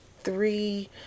three